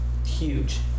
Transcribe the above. huge